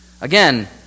Again